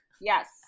Yes